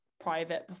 private